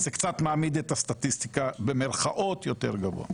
אז זה קצת "מעמיד את הסטטיסטיקה" יותר גבוה.